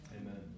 Amen